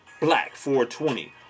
BLACK420